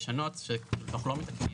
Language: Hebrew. שאנחנו לא מתקנים,